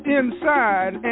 inside